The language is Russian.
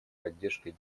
поддержкой